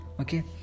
okay